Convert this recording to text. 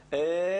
כרגע.